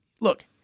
Look